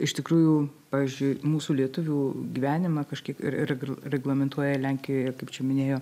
iš tikrųjų pavyzdžiui mūsų lietuvių gyvenimą kažkiek ir re reglamentuoja lenkijoje kaip čia minėjo